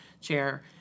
chair